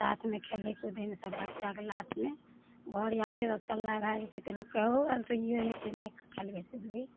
साथमे खेलै कुदैमे सब बच्चाके लाटमे घर आबै छै तऽ अकेल्ला भऽ जाइ छै तऽ लोक कहल से इहो जे छै नहि खेलबै कुदबै